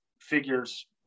figures